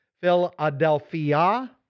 Philadelphia